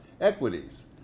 equities